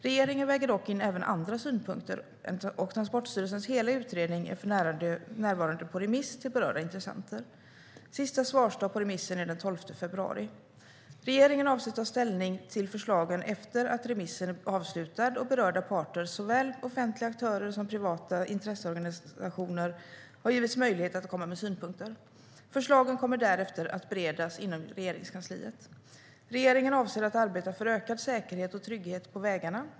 Regeringen väger dock in även andra synpunkter, och Transportstyrelsens hela utredning är för närvarande på remiss till berörda intressenter. Sista svarsdag på remissen är den 12 februari. Regeringen avser att ta ställning till förslagen efter att remissen är avslutad och berörda parter, såväl offentliga som privata aktörer samt intresseorganisationer, har givits möjlighet att komma med synpunkter. Förslagen kommer därefter att beredas inom Regeringskansliet. Regeringen avser att arbeta för ökad säkerhet och trygghet på vägarna.